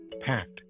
packed